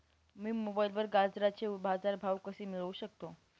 मी मोबाईलवर गाजराचे बाजार भाव कसे मिळवू शकतो?